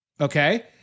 Okay